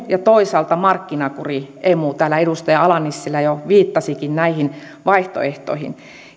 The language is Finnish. ja toisaalta markkinakuri emu täällä edustaja ala nissilä jo viittasikin näihin vaihtoehtoihin